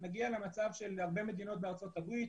נגיע למצב של הרבה מדינות בארצות-הברית,